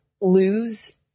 lose